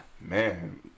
Man